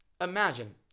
imagine